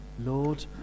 Lord